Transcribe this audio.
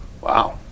Wow